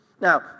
Now